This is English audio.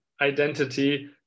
identity